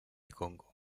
congo